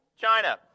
China